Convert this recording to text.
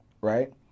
right